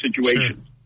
situations